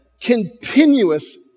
continuous